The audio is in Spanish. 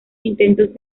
intentos